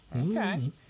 okay